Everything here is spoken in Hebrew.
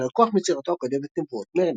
הלקוח מיצירתו הקודמת - "נבואות מרלין".